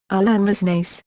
alain resnais, so